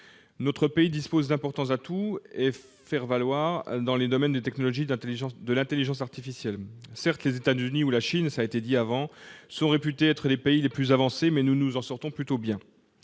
Notre pays dispose d'importants atouts à faire valoir dans le domaine des technologies de l'intelligence artificielle. Certes, les États-Unis ou la Chine sont réputés être les pays les plus avancés, mais nous nous en sortons plutôt bien.